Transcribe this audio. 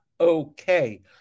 okay